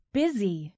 busy